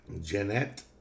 Jeanette